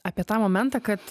apie tą momentą kad